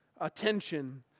attention